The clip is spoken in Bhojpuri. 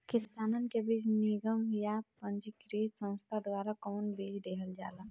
किसानन के बीज निगम या पंजीकृत संस्था द्वारा कवन बीज देहल जाला?